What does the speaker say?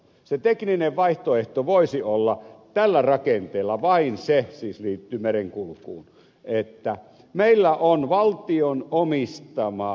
se tekninen vaihtoehto voisi olla tällä rakenteella vain se siis liittyy merenkulkuun että meillä on valtion omistamaa